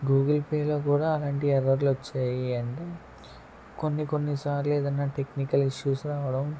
Google పేలో కూడా అలాంటి ఎర్రర్లు వచ్చాయి అంటే కొన్ని కొన్ని సార్లు ఏదైనా టెక్నికల్ ఇష్యూస్ రావడం